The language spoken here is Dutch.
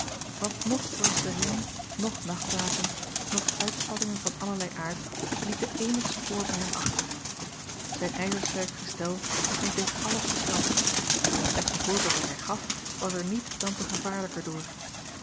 want noch brasserijen noch nachtwaken noch uitspattingen van allerlei aard lieten eenig spoor bij hem achter zijn ijzersterk gestel scheen tegen alles bestand en het slechte voorbeeld dat hij gaf was er niet dan te gevaarlijker door